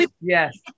Yes